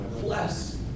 Bless